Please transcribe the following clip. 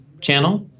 channel